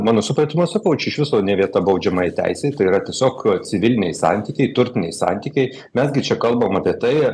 mano supratimu aš sakau čia iš viso ne vieta baudžiamajai teisei tai yra tiesiog civiliniai santykiai turtiniai santykiai mes gi čia kalbam apie tai